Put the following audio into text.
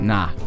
Nah